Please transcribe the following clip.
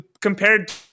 compared